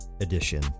edition